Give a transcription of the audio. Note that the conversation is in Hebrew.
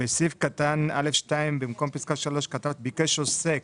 בסעיף קטן (א2) במקום פסקה (3) כתבת "ביקש עוסק".